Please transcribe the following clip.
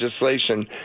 legislation